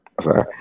Sorry